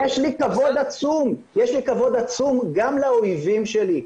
יש לי כבוד עצום גם לאויבים שלי.